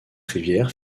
rivière